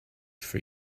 for